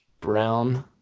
Brown